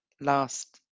last